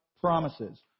promises